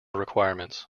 requirements